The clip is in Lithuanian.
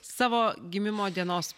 savo gimimo dienos